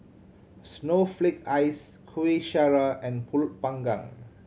snowflake ice Kueh Syara and Pulut Panggang